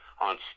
on